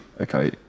Okay